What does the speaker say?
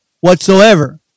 whatsoever